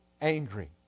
angry